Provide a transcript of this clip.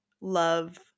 love